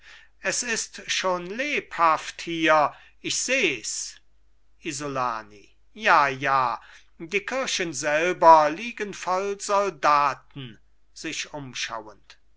es ist schon lebhaft hier ich sehs isolani ja ja die kirchen selber liegen voll soldaten sich umschauend